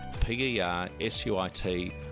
p-e-r-s-u-i-t